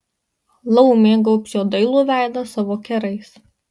laumė gaubs jo dailų veidą savo kerais